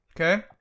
Okay